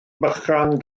bychan